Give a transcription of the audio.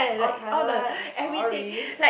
oh taiwan I'm sorry